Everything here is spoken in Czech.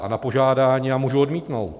A na požádání já můžu odmítnout.